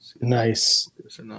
Nice